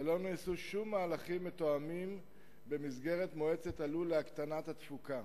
ולא נעשו שום מהלכים מתואמים במסגרת מועצת הלול להקטנת התפוקה.